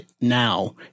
now